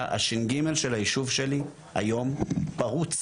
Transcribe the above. הש"ג של היישוב שלי היום פרוץ.